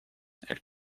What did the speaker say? elles